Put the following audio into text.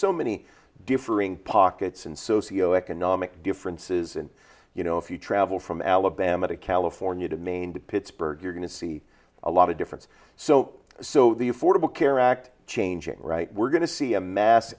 so many differing pockets and socioeconomic differences and you know if you travel from alabama to california to maine to pittsburgh you're going to see a lot of difference so so the affordable care act changing right we're going to see a mass